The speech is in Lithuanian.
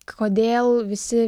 kodėl visi